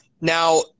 Now –